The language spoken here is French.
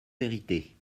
vérité